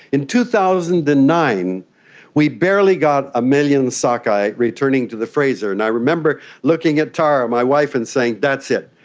in two thousand and nine we barely got a million sockeye returning to the fraser. and i remember looking at tara my wife and saying, that's it,